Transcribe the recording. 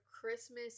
Christmas